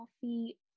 coffee